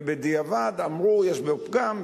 ובדיעבד אמרו: יש פגם,